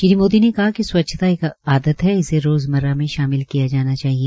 श्रीमोदी ने कहा कि स्वच्छता एक आदत है इसे रोज़मरा में शामिल किया जाना चाहिए